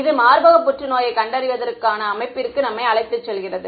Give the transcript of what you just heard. இது மார்பக புற்றுநோயைக் கண்டறிவதற்கான அமைப்பிற்கு நம்மை அழைத்துச் செல்கிறது